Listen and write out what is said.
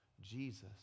Jesus